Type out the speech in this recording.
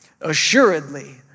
assuredly